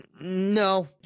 No